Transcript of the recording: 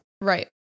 Right